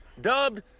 dubbed